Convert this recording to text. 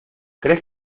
crees